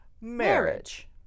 marriage